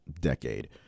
decade